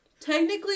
technically